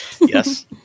Yes